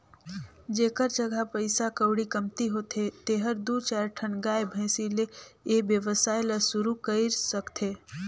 जेखर जघा पइसा कउड़ी कमती होथे तेहर दू चायर ठन गाय, भइसी ले ए वेवसाय ल सुरु कईर सकथे